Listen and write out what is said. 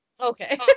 okay